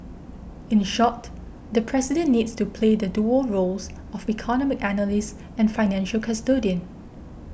in short the President needs to play the dual roles of economic analyst and financial custodian